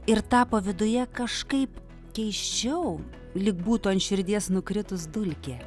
ir tapo viduje kažkaip keisčiau lyg būtų ant širdies nukritus dulkė